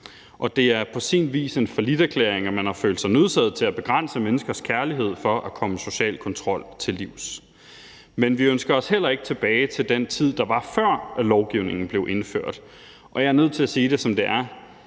Og det er på sin vis en falliterklæring, at man har følt sig nødsaget til at begrænse menneskers kærlighed for at komme social kontrol til livs. Men vi ønsker os heller ikke tilbage til den tid, der var, før lovgivningen blev indført. Og jeg er nødt til at sige det, som det er: